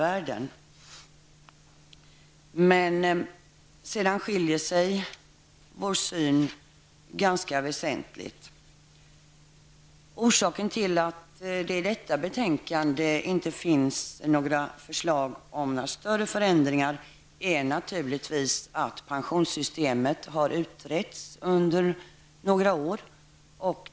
Men sedan skiljer sig vår syn ganska väsentligt. Orsaken till att det i detta betänkande inte finns förslag om några större förändringar är naturligtvis att pensionssystemet har utretts under några år.